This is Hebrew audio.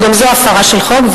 גם זאת הפרה של חוק,